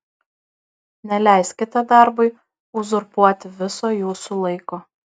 neleiskite darbui uzurpuoti viso jūsų laiko